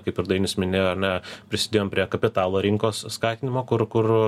kaip ir dainius minėjo ar ne prisidėjom prie kapitalo rinkos skatinimo kur kur